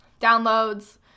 downloads